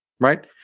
Right